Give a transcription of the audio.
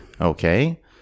Okay